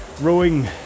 rowing